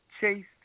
chased